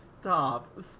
stop